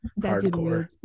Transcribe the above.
hardcore